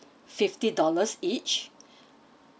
fifty dollars each